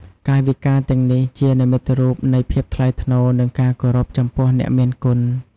កាយវិការទាំងនេះជា និមិត្តរូបនៃភាពថ្លៃថ្នូរ និងការគោរពចំពោះអ្នកមានគុណ។